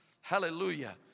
Hallelujah